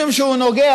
משום שהוא נוגע,